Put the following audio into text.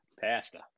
pasta